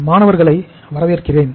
மாணவர்களை வரவேற்கிறேன்